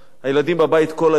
הילדים בבית כל היום,